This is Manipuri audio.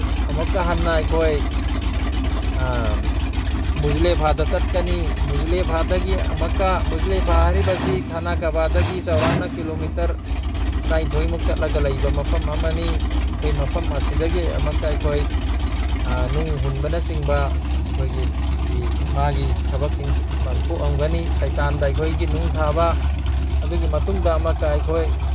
ꯑꯃꯨꯛꯀ ꯍꯟꯅ ꯑꯩꯈꯣꯏ ꯃꯨꯖꯦꯂꯦꯕꯥꯠꯇ ꯆꯠꯀꯅꯤ ꯃꯨꯖꯦꯂꯦꯕꯥꯠꯇꯒꯤ ꯑꯃꯛꯀ ꯃꯨꯖꯦꯂꯦꯕꯥꯠ ꯍꯥꯏꯔꯤꯕꯁꯤ ꯈꯥꯅꯥ ꯀꯕꯥꯗꯒꯤ ꯆꯧꯔꯥꯛꯅ ꯀꯤꯂꯣꯃꯤꯇꯔ ꯇ꯭ꯔꯥꯟꯊꯣꯏꯃꯨꯛ ꯆꯠꯂꯒ ꯂꯩꯕ ꯃꯐꯝ ꯑꯃꯅꯤ ꯑꯩꯈꯣꯏ ꯃꯐꯝ ꯑꯁꯤꯗꯒꯤ ꯑꯃꯛꯀ ꯑꯩꯈꯣꯏ ꯅꯨꯡ ꯍꯨꯟꯕꯅꯆꯤꯡꯕ ꯑꯩꯈꯣꯏꯒꯤ ꯃꯥꯒꯤ ꯊꯕꯛꯁꯤꯡ ꯄꯥꯡꯊꯣꯛꯑꯝꯒꯅꯤ ꯁꯩꯇꯥꯟꯗ ꯑꯩꯈꯣꯏꯒꯤ ꯅꯨꯡ ꯊꯥꯕ ꯑꯗꯨꯒꯤ ꯃꯇꯨꯡꯗ ꯑꯃꯛꯀ ꯑꯩꯈꯣꯏ